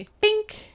pink